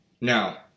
Now